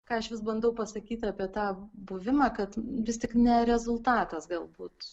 ką aš vis bandau pasakyt apie tą buvimą kad vis tik ne rezultatas galbūt